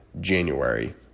January